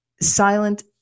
Silent